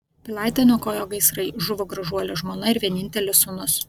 pilaitę niokojo gaisrai žuvo gražuolė žmona ir vienintelis sūnus